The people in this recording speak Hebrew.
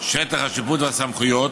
שטח השיפוט והסמכויות,